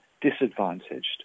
disadvantaged